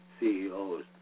CEOs